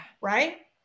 right